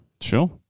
Sure